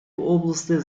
области